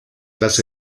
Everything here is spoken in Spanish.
las